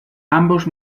ambos